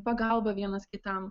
pagalbą vienas kitam